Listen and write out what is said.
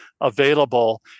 available